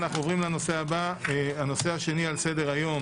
אנחנו עוברים לנושא השני על סדר-היום